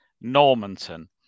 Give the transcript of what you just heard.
Normanton